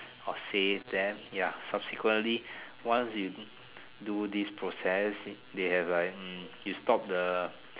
or save them ya subsequently once you do this process they have like hmm you stop the